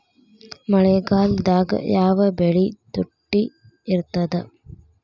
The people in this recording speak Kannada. ಮಳೆಗಾಲದಾಗ ಯಾವ ಬೆಳಿ ತುಟ್ಟಿ ಇರ್ತದ?